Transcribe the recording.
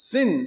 Sin